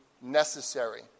necessary